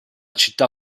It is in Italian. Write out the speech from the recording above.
città